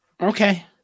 Okay